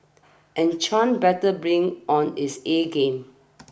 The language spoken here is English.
and Chan better bring on his A game